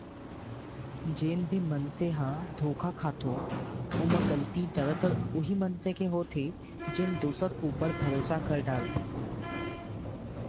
जेन भी मनसे ह धोखा खाथो ओमा गलती जादातर उहीं मनसे के होथे जेन दूसर ऊपर भरोसा कर डरथे